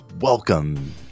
welcome